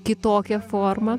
kitokia forma